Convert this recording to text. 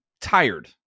tired